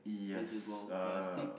there's a golf plastic